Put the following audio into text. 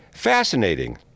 fascinating